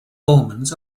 omens